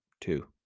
two